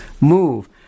move